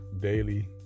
daily